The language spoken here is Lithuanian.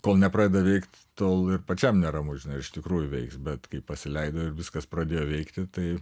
kol nepradeda veikt tol ir pačiam neramu žinai ar iš tikrųjų veiks bet kai pasileido ir viskas pradėjo veikti tai